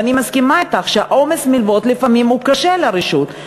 ואני מסכימה אתך שעומס המלוות לפעמים קשה לרשות.